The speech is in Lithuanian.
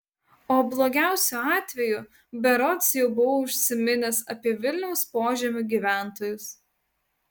o blogiausiu atveju berods jau buvau užsiminęs apie vilniaus požemių gyventojus